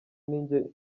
ninjye